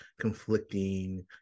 conflicting